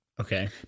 Okay